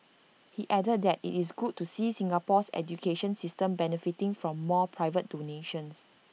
he added that IT is good to see Singapore's education system benefiting from more private donations